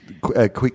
quick